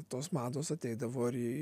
tos mados ateidavo ir į